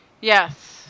Yes